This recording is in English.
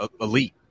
elite